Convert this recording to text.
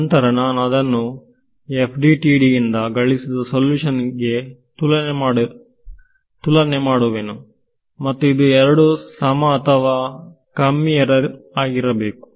ನಂತರ ನಾನು ಅದನ್ನು FDTD ಇಂದ ಗಳಿಸಿದ ಸಲ್ಯೂಷನ್ ಒಂದಿಗೆ ತುಲನೆ ಮಾಡುವೆನು ಮತ್ತು ಇದು ಎರಡು ಸಮ ಅಥವಾ ಕಮ್ಮಿ ಎರರ್ ಆಗಿರಬೇಕು